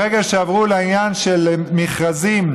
ברגע שעברו לעניין של מכרזים,